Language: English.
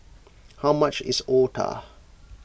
how much is Otah